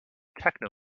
techno